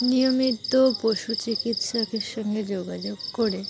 নিয়মিত পশু চিকিৎসকের সঙ্গে যোগাযোগ করে